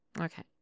Okay